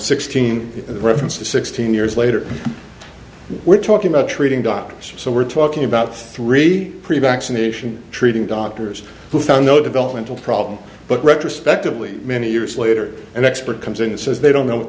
sixteen reference to sixteen years later we're talking about treating doctors so we're talking about three pretty backs a nation treating doctors who found no developmental problems but retrospectively many years later an expert comes in and says they don't know what